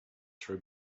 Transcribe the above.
throw